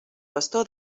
bastó